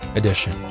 edition